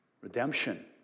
Redemption